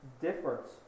difference